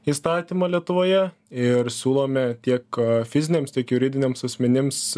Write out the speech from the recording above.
įstatymą lietuvoje ir siūlome tiek fiziniams tiek juridiniams asmenims